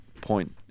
point